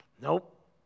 Nope